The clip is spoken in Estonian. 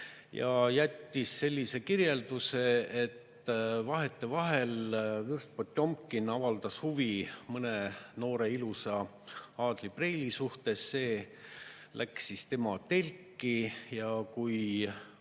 ja jättis sellise kirjelduse, et vahetevahel vürst Potjomkin avaldas huvi mõne noore ilusa aadlipreili vastu. See läks tema telki ja kui